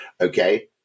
Okay